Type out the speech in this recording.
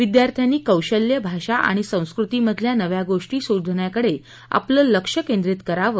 विद्यार्थ्यांनी कौशल्य भाषा आणि संस्कृतीमधल्या नव्या गोष्टी शोधण्याकडे आपलं लक्ष केंद्रित करावं